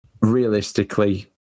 realistically